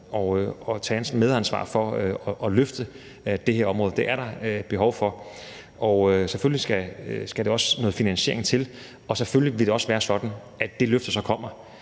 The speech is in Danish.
at tage et medansvar for at løfte det her område. Det er der behov for. Selvfølgelig skal der også noget finansiering til, og selvfølgelig vil det også være sådan, at det løft, der så kommer